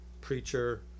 preacher